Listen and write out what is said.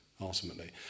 ultimately